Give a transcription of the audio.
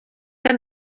que